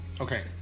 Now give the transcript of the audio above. Okay